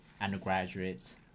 undergraduates